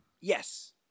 Yes